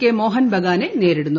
K Mohun ബഗാനെ നേരിടുന്നു